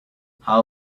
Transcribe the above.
how